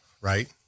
Right